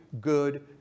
good